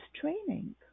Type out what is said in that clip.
training